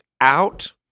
out